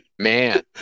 Man